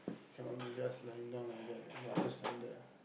cannot be just lying down like that you want to stand there